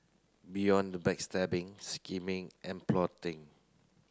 beyond the backstabbing scheming and plotting